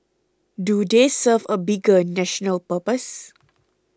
do they serve a bigger national purpose